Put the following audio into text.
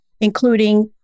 including